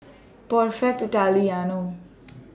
Perfect Italiano